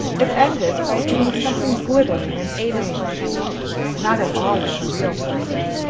it ended by being something glittering and strange not at all like a real person,